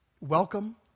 Welcome